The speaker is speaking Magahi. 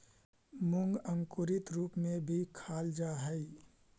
मूंग अंकुरित रूप में भी खाल जा हइ